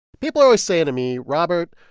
people are always saying to me, robert,